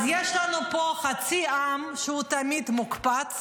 אז יש לנו פה חצי עם שהוא תמיד מוקפץ